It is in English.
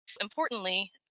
Importantly